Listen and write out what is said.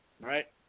Right